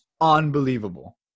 unbelievable